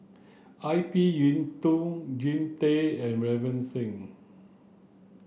Ip Yiu Tung Jean Tay and Ravinder Singh